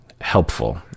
helpful